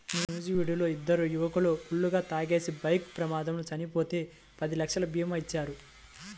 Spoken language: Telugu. నూజివీడులో ఇద్దరు యువకులు ఫుల్లుగా తాగేసి బైక్ ప్రమాదంలో చనిపోతే పది లక్షల భీమా ఇచ్చారు